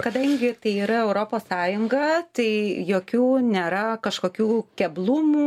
kadangi tai yra europos sąjunga tai jokių nėra kažkokių keblumų